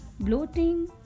bloating